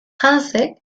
hansek